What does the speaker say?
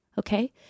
Okay